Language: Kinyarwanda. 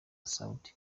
saudi